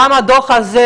גם הדוח הזה,